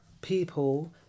people